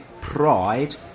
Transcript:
pride